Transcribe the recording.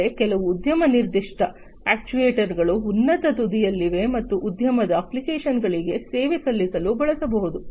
ಆದರೆ ಕೆಲವು ಉದ್ಯಮ ನಿರ್ದಿಷ್ಟ ಅಕ್ಚುಯೆಟರ್ಸ್ಗಳು ಉನ್ನತ ತುದಿಯಲ್ಲಿವೆ ಮತ್ತು ಉದ್ಯಮದ ಅಪ್ಲಿಕೇಶನ್ಗಳಿಗೆ ಸೇವೆ ಸಲ್ಲಿಸಲು ಬಳಸಬಹುದು